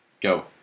Go